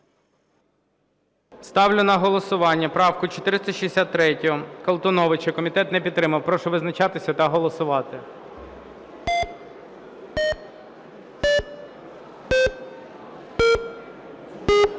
Ставлю на голосування правку 463-ю Колтуновича. Комітет не підтримав. Прошу визначатися та голосувати. 10:23:48